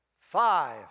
five